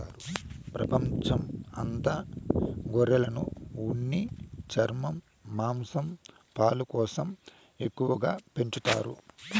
ప్రపంచం అంత గొర్రెలను ఉన్ని, చర్మం, మాంసం, పాలు కోసం ఎక్కువగా పెంచుతారు